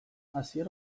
asier